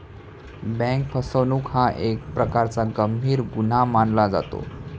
bank फसवणूक हा एक प्रकारचा गंभीर गुन्हा मानला जातो